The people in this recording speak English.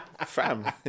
Fam